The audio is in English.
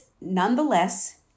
nonetheless